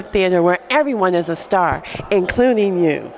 of theatre where everyone is a star including you